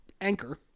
Anchor